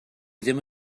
ddim